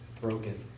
broken